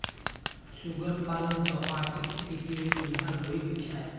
सुगर पालन सॅ आर्थिक स्थिति मे सुधार होइत छै